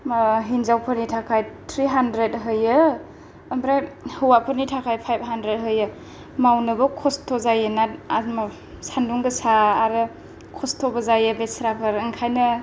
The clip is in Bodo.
हिन्जावफोरनि थाखाय ट्रि हान्ड्रेड होयो ओमफ्राय हौवाफोरनि थाखाय फाइभ हान्ड्रेड होयो मावनोबो खस्ट' जायोना सान्दुं गोसा आरो खस्ट'बो जायो बेस्राफोर ओंखायनो